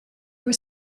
were